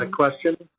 ah question.